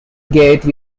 gate